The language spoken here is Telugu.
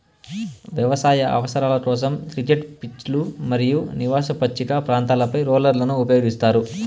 వ్యవసాయ అవసరాల కోసం, క్రికెట్ పిచ్లు మరియు నివాస పచ్చిక ప్రాంతాలపై రోలర్లను ఉపయోగిస్తారు